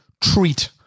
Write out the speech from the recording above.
treat